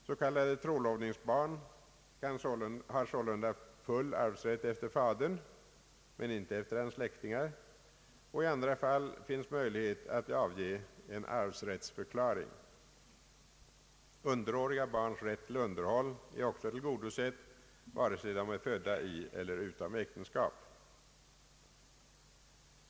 S.k. trolovningsbarn har sålunda full arvsrätt efter fadern — men inte efter hans släktingar — och i andra fall finns möjlighet att avge en arvsrättsförklaring. Underåriga barns rätt till underhåll är också tillgodosett, vare sig de är födda i eller utom äktenskap.